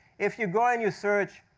if you go and you search,